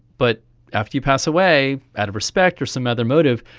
but after you pass away, out of respect or some other motive,